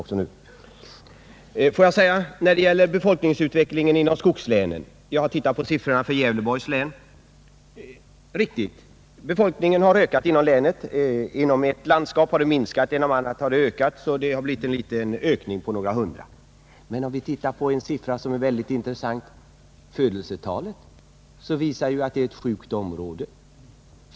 Vad sedan befolkningsutvecklingen i skogslänen beträffar har jag studerat siffrorna för Gävleborgs län, och det är riktigt att befolkningen där har ökat. Den har minskat i det ena landskapet men ökat något i det andra, och resultatet har blivit en ökning i länet på några hundra människor. Men låt oss se på en annan mycket intressant siffra i sammanhanget, nämligen födelsetalet. Den siffran visar att det är ett sjukt område.